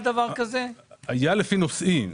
הייתה החלטה לפי נושאים.